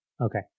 Okay